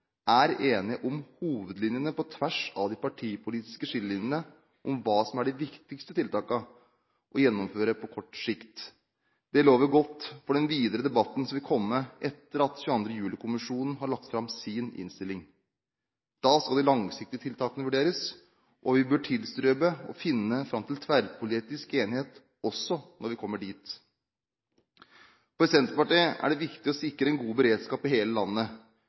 er enige om hovedlinjene på tvers av de partipolitiske skillelinjene om hva som er de viktigste tiltakene å gjennomføre på kort sikt. Det lover godt for den videre debatten som vil komme etter at 22. juli-kommisjonen har lagt fram sin innstilling. Da skal de langsiktige tiltakene vurderes, og vi bør tilstrebe å finne fram til tverrpolitisk enighet også når vi kommer dit. For Senterpartiet er det viktig å sikre en god beredskap i hele landet,